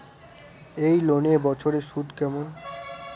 এই লোনের বছরে সুদ কেমন?